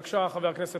בבקשה, חבר הכנסת